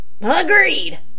Agreed